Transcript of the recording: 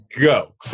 go